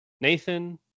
Nathan